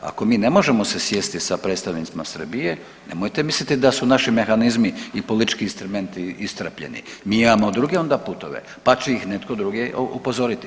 Ako mi ne možemo se sjesti sa predstavnicima Srbije, nemojte misliti da su naši mehanizmi i politički instrumenti iscrpljeni, mi imamo druge onda putove pa će ih netko drugi upozoriti.